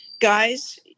guys